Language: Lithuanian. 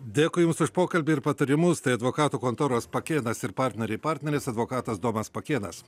dėkui jums už pokalbį ir patarimus tai advokatų kontoros pakėnas ir partneriai partneris advokatas tomas pakėnas